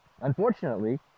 Unfortunately